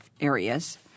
areas